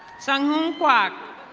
sang oon kwa.